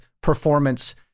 performance